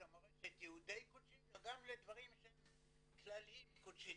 או מורשת יהודי קוצ'ין או גם לדברים שהם כלליים קוצ'יניים?